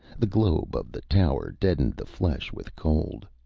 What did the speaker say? the globe of the tower deadened the flesh with cold.